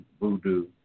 voodoo